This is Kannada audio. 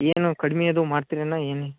ಏನು ಕಡ್ಮೆ ಅದು ಮಾಡ್ತೀರಣ್ಣ ಏನು